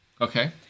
Okay